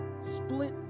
split